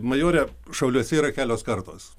majore šauliuose yra kelios kartos